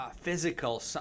physical